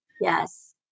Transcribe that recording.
Yes